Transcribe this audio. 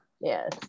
Yes